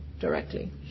directly